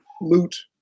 loot